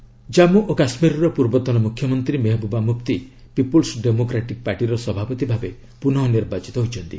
ମେହବୁବା ମୁଫ୍ତୀ ଜାମ୍ମୁ ଓ କାଶ୍ମୀରର ପୂର୍ବତନ ମୁଖ୍ୟମନ୍ତ୍ରୀ ମେହବୁବା ମୁଫ୍ତୀ ପିପୁଲ୍ମ ଡେମୋକ୍ରାଟିକ୍ ପାର୍ଟିର ସଭାପତି ଭାବେ ପୁନଃ ନିର୍ବାଚିତ ହୋଇଛନ୍ତି